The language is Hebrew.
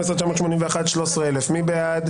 12,921 עד 12,940, מי בעד?